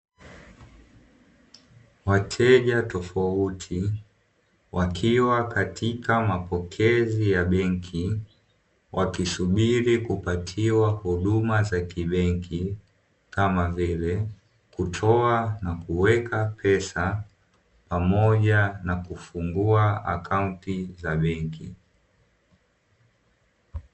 Wateja tofauti wakiwa katika mapokezi ya benki, wakisubiri kupatiwa huduma za kibenki kama vile kutoa na kuweka fedha, pamoja na kufungua akaunti za benki.